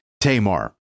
Tamar